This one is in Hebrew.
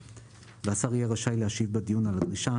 והשר יהיה רשאי להשיב בדיון על הדרישה,